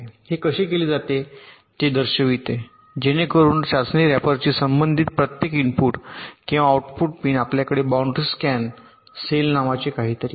हे कसे केले जाते ते दर्शविते जेणेकरून चाचणी रॅपरशी संबंधित प्रत्येक इनपुट किंवा आउटपुट पिन आपल्याकडे बाउंड्री स्कॅन सेल नावाचे काहीतरी आहे